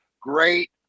great